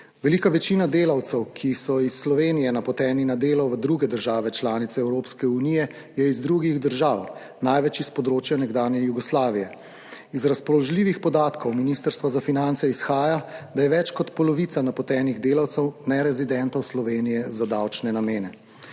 Velika večina delavcev, ki so iz Slovenije napoteni na delo v druge države članice Evropske unije, je iz drugih držav, največ s področja nekdanje Jugoslavije. Iz razpoložljivih podatkov Ministrstva za finance izhaja, da je več kot polovica napotenih delavcev nerezidentov Slovenije za davčne namene.